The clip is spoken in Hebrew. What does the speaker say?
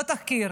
לא תחקיר,